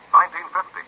1950